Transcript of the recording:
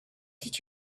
did